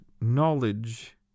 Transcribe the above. knowledge